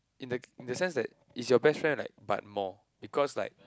in the in the sense that is your best friend like but more because like